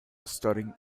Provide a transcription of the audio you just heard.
studying